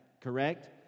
correct